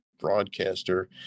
broadcaster